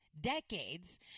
decades